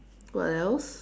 what else